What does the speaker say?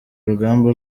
urugamba